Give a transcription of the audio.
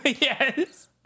Yes